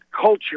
culture